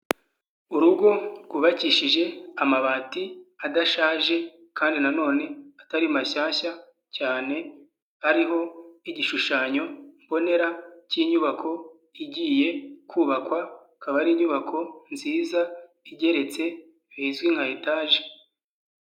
Urugo rwubakishije amabati adashaje kandi nanone atari mashyashya cyane, hariho n'igishushanyo mbonera cy'inyubako igiye kubakwa, akaba ari inyubako nziza igeretse bizwi nka etaje.